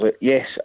yes